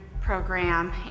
program